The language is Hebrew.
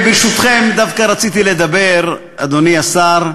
ברשותכם, דווקא רציתי לדבר, אדוני השר,